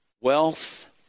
wealth